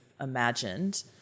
imagined